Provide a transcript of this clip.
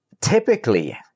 typically